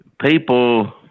people